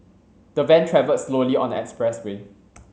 the van travelled slowly on the expressway